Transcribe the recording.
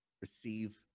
receive